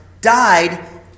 died